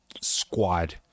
squad